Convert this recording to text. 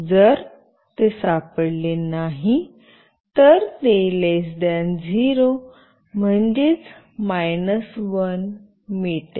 जर ते सापडले नाही तर ते लेस दयान 0 म्हणजेच मायनस 1 मिळते